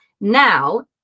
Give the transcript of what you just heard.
now